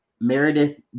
meredith